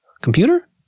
Computer